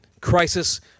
Crisis